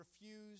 refused